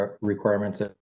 requirements